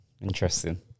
Interesting